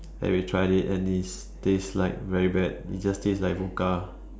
and we tried it and it tastes like very bad it just taste like vodka